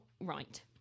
right